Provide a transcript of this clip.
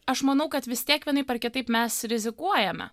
aš manau kad vis tiek vienaip ar kitaip mes rizikuojame